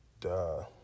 Duh